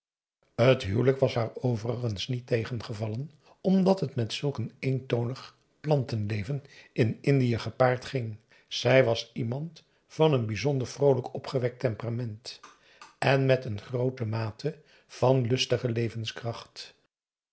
t huwelijk was haar overigens niet tegengevallen omdat het met zulk een eentonig plantenleven in indië gepaard ging zij was iemand van een bijzonder vroolijk opgewekt temperament en met een groote mate van lustige levenskracht